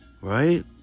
Right